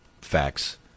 facts